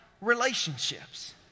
relationships